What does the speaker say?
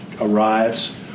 arrives